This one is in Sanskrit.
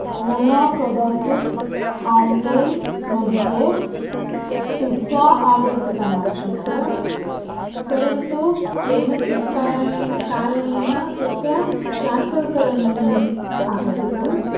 मया कदाचित् ओन्लैन् मध्ये पिज़्ज़ा आर्डर् कृतमासीत् परन्तु केनचित् कारे कारणेन तस्य केन्सल् करणीयम् आपतितं